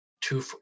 two